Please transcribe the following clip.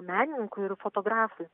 menininkui ir fotografui